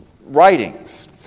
writings